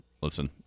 listen